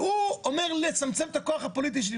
והוא אומר לצמצם את הכוח הפוליטי שלי.